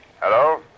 Hello